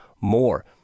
More